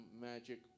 magic